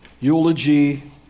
eulogy